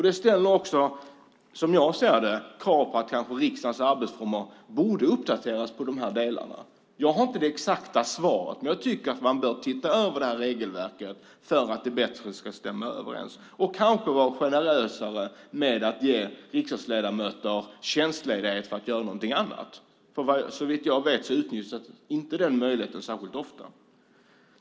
Det ställer också, som jag ser det, krav på att riksdagens arbetsformer kanske borde uppdateras i dessa delar. Jag har inte det exakta svaret, men jag tycker att man bör titta över regelverket för att se till att det stämmer bättre överens. Man kanske också ska vara generösare med att ge riksdagsledamöter tjänstledighet för att göra någonting annat, för såvitt jag vet utnyttjas inte den möjligheten särskilt ofta.